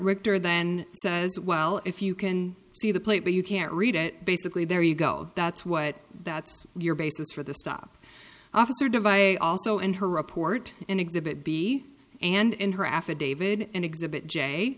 richter then says well if you can see the plate but you can't read it basically there you go that's what that's your basis for the stop officer device a also in her report in exhibit b and in her affidavit in exhibit